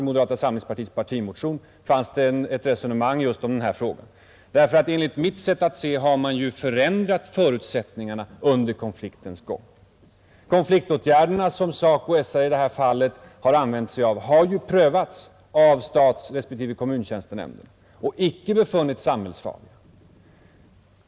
I moderata samlingspartiets partimotion fanns ett resonemang om just den här frågan. Enligt mitt sätt att se har man förändrat förutsättningarna under konfliktens gång. Konfliktåtgärderna som SACO och SR i det här fallet använt sig av har ju prövats i statsrespektive kommuntjänstenämnden och icke befunnits samhällsfarliga.